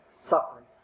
suffering